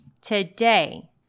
Today